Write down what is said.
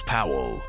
Powell